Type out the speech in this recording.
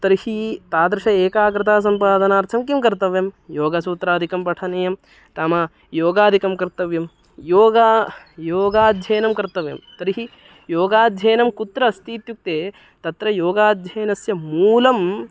तर्हि तादृशम् एकाग्रतासम्पादनार्थं किं कर्तव्यं योगसूत्रादिकं पठनीयं तत् योगादिकं कर्तव्यं योगः योगाध्ययनं कर्तव्यं तर्हि योगाध्ययनं कुत्र अस्ति इत्युक्ते तत्र योगाध्ययनस्य मूलं